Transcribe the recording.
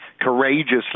courageously